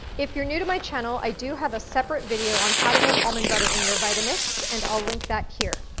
if you're new to my channel, i do have a separate video on how to make almond butter in your vitamix and i'll link that here.